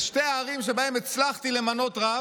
בשתי הערים שהצלחתי למנות בהן רב,